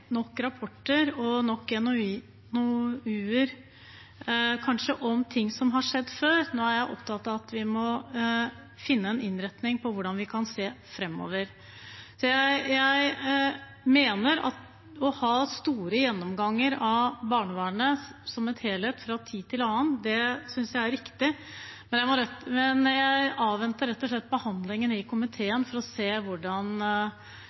nok rapporter og kanskje nok NOU-er om ting som har skjedd før. Nå er jeg opptatt av at vi må finne en innretning på hvordan vi kan se framover. Så jeg mener at å ha store gjennomganger av barnevernet som helhet fra tid til annen er riktig, men jeg avventer rett og slett behandlingen i komiteen for å se hvordan